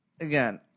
again